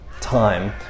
time